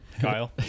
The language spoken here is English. Kyle